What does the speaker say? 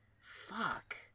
fuck